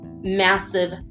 massive